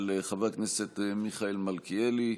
של חבר הכנסת מיכאל מלכיאלי,